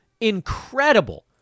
incredible